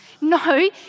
No